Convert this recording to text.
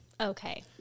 Okay